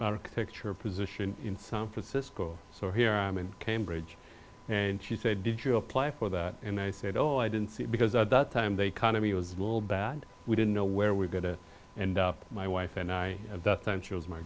about picture position in san francisco so here i am in cambridge and she said did you apply for that and i said oh i didn't see it because at that time they kind of me was a little bad we didn't know where we go to and my wife and i at that time she was my